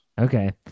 Okay